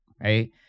right